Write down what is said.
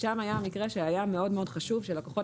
ששם היה המקרה שהיה מאוד מאוד חשוב שהלקוחות